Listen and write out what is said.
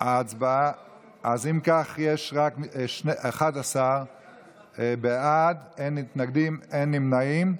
אם כך, יש רק 11 בעד, אין מתנגדים ואין נמנעים.